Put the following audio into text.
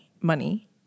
money